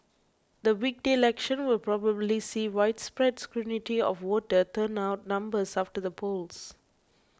the weekday election will probably see widespread scrutiny of voter turnout numbers after the polls